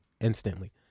instantly